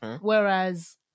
Whereas